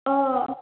औ